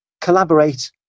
collaborate